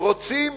רוצים